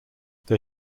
they